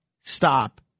stop